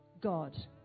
God